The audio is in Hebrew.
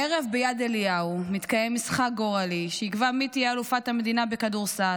הערב ביד אליהו מתקיים משחק גורלי שיקבע מי תהיה אלופת המדינה בכדורסל,